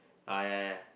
uh ya ya ya